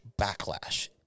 backlash